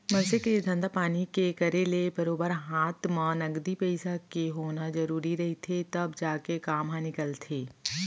मनसे के धंधा पानी के करे ले बरोबर हात म नगदी पइसा के होना जरुरी रहिथे तब जाके काम ह निकलथे